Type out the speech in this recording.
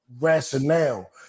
rationale